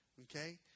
Okay